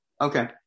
Okay